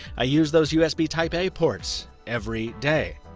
i use those usb type a ports every day,